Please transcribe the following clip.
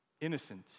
innocent